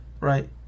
right